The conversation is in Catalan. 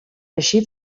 així